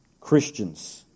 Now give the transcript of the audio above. Christians